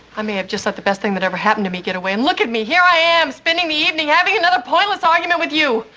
i may have just said the best thing that ever happened to me. get away and look at me. here i am spending the evening having another pointless argument with you